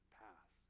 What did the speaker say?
pass